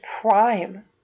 prime